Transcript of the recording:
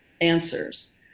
answers